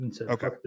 Okay